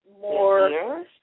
more